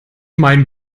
mein